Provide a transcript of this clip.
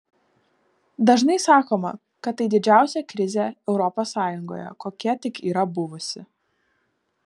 dažnai sakoma kad tai didžiausia krizė europos sąjungoje kokia tik yra buvusi